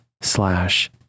slash